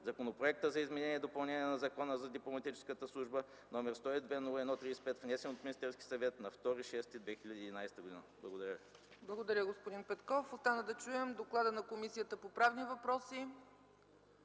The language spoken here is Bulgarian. Законопроекта за изменение и допълнение на Закона за дипломатическата служба, № 102-01-35, внесен от Министерския съвет на 2 юни 2011 г.” ПРЕДСЕДАТЕЛ ЦЕЦКА ЦАЧЕВА: Благодаря, господин Петков. Остана да чуем доклада на Комисията по правни въпроси.